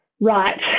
right